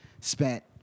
spent